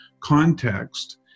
context